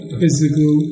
physical